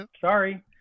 Sorry